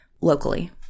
locally